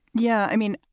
yeah i mean,